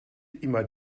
immer